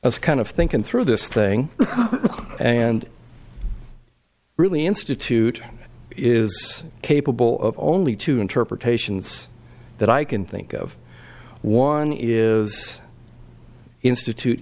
a kind of thinking through this thing and really institute is capable of only two interpretations that i can think of one is institute